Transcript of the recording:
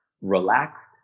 relaxed